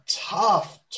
tough